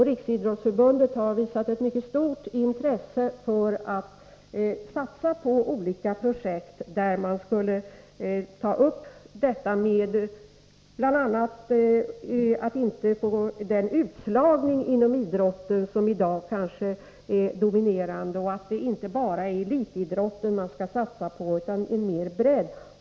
Riksidrottsförbundet har visat ett mycket stort intresse för att satsa på olika projekt, där man skall ta upp bl.a. den utslagning som i dag kanske är dominerande inom idrotten och att det inte bara är elitidrott som vi skall satsa på utan också en större bredd.